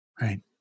right